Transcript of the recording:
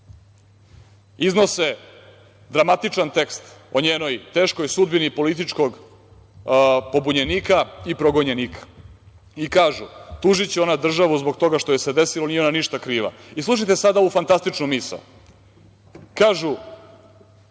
Iznose dramatičan tekst o njenoj teškoj sudbini političkog pobunjenika i progonjenika i kažu – tužiće ona državu zbog toga što joj se desilo, nije ona ništa kriva. Slušajte sada ovu fantastičnu misao. Kažu